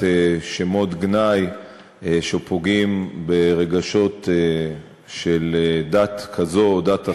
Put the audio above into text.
שמות גנאי שפוגעים ברגשות של בני דת כזו או דת אחרת,